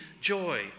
joy